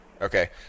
Okay